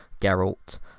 Geralt